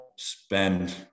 spend